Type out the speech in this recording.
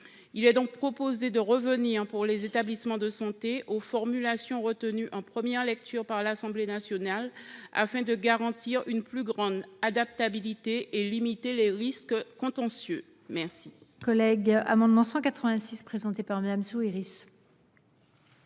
proposons donc de revenir, pour les établissements de santé, aux formulations retenues en première lecture par l’Assemblée nationale, afin de garantir une plus grande adaptabilité du dispositif et de limiter les risques contentieux.